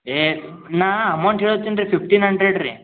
ಏ ನಾ ಅಮೌಂಟ್ ಹೇಳ್ತೀನಿ ರೀ ಫಿಫ್ಟೀನ್ ಹಂಡ್ರೆಡ್ ರೀ